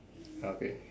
ah okay